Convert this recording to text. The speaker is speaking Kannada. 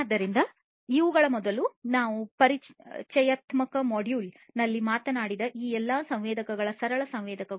ಆದ್ದರಿಂದ ಇವುಗಳ ಮೊದಲು ನಾವು ಪರಿಚಯಾತ್ಮಕ ಮಾಡ್ಯೂಲ್ನಲ್ಲಿ ಮಾತನಾಡಿದ ಈ ಎಲ್ಲಾ ಸಂವೇದಕಗಳು ಸರಳ ಸಂವೇದಕಗಳು